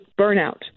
burnout